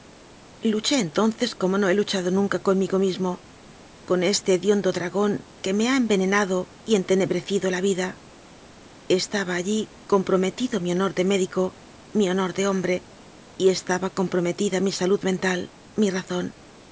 luché entonces como no he luchado nunca conmigo mismo con este hediondo dragón que me ha envenenado y entenebrecido la vida estaba allí comprometido mi honor de médico mi honor de hombre y estaba comprometida mi salud mental mi razón